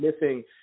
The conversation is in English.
missing